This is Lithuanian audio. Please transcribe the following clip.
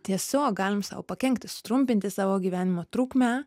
tiesiog galim sau pakenkti sutrumpinti savo gyvenimo trukmę